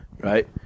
Right